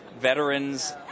Veterans